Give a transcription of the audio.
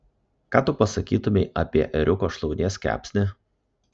ką tu pasakytumei apie ėriuko šlaunies kepsnį